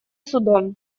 судом